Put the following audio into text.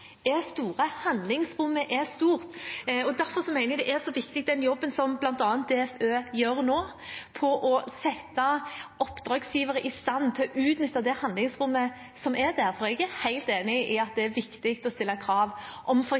store, handlingsrommet er stort. Derfor mener jeg den jobben som bl.a. DFØ gjør nå med å sette oppdragsgivere i stand til å utnytte det handlingsrommet som er der, er så viktig. Jeg er helt enig i at det er viktig å stille krav om